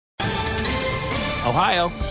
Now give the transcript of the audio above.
ohio